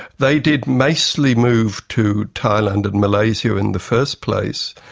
they did mostly move to thailand and malaysia in the first place,